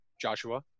Joshua